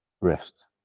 Rest